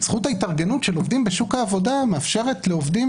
זכות ההתארגנות של עובדים בשוק העבודה מאפשר לעובדים